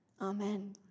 Amen